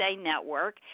Network